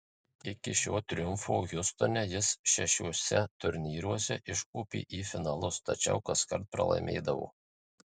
iki šio triumfo hjustone jis šešiuose turnyruose iškopė į finalus tačiau kaskart pralaimėdavo